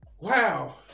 wow